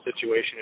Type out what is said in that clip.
situation